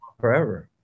forever